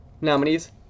Nominees